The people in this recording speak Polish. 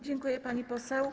Dziękuję, pani poseł.